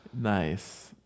Nice